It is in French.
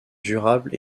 durable